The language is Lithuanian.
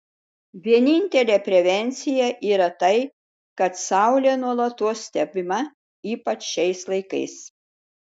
vienintelė prevencija yra tai kad saulė nuolatos stebima ypač šiais laikais